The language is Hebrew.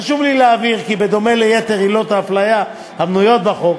חשוב לי להבהיר כי בדומה ליתר עילות ההפליה המנויות בחוק,